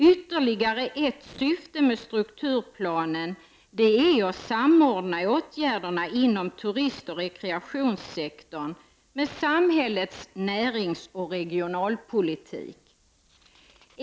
Ytterligare ett syfte med strukturplanen är att samordna åtgärderna inom turistoch rekreationssektorn med samhällets näringsoch regionalpolitik.